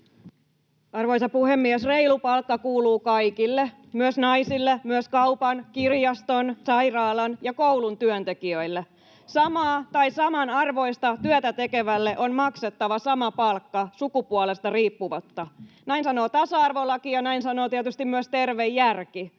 Arvoisa puhemies! Reilu palkka kuuluu kaikille, myös naisille, myös kaupan, kirjaston, sairaalan ja koulun työntekijöille. Samaa tai samanarvoista työtä tekevälle on maksettava sama palkka sukupuolesta riippumatta. Näin sanoo tasa-arvolaki ja näin sanoo tietysti myös terve järki.